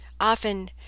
often